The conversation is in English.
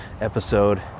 episode